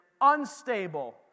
unstable